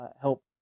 help